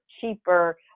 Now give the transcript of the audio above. cheaper